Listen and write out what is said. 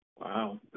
Wow